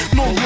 no